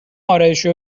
آرایشی